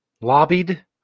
lobbied